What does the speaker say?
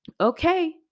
okay